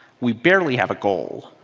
we barely have a goal.